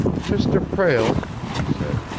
mr. prale, she said,